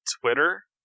Twitter